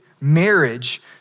marriage